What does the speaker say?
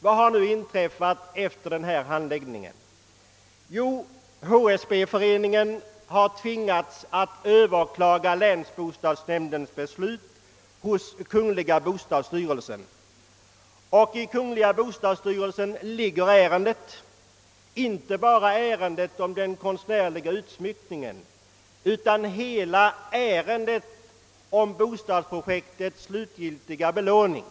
Vad har nu inträffat efter denna handläggning av ärendet? Jo, HSB-föreningen har tvingats att överklaga länsbostadsnämndens beslut hos kungl. bostadsstyrelsen, och där hanteras inte ärendet om den konstnärliga utsmyckningen separat utan hela bostadsprojek tets slutgiltiga belåning.